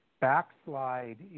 backslide